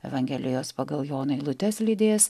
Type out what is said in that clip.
evangelijos pagal joną eilutes lydės